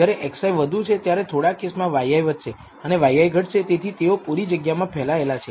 જ્યારે xi વધુ છે ત્યારે થોડા કેસમાં yi વધશે અને yi ઘટશે તેથી તેઓ પુરી જગ્યામાં ફેલાયેલા છે